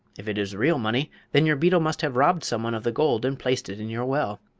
if it is real money, then your beetle must have robbed some one of the gold and placed it in your well.